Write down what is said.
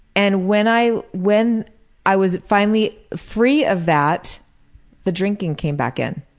and when i when i was finally free of that the drinking came back in.